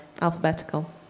alphabetical